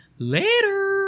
LATER